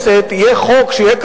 בזכות שר התקשורת משה